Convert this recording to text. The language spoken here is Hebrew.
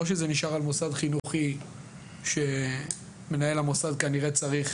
או שזה נשאר על מוסד חינוכי שמנהל המוסד כנראה צריך